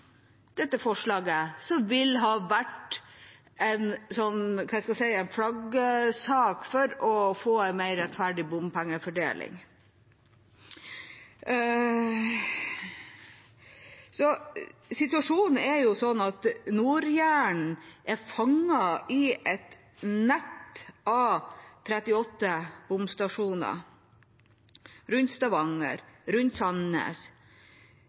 dette forslaget, som ville vært en flaggsak for en mer rettferdig bompengefordeling. Situasjonen er at Nord-Jæren er fanget i et nett av 38 bomstasjoner – rundt Stavanger, rundt Sandnes,